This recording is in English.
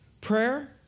prayer